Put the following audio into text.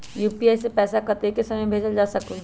UPI से पैसा कतेक समय मे भेजल जा स्कूल?